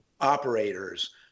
operators